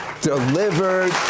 delivered